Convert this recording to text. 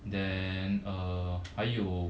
then err are you